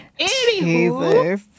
Anywho